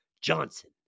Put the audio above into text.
Johnson